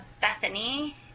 Bethany